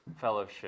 fellowship